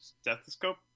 stethoscope